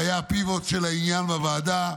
שהיה הפיבוט של העניין בוועדה,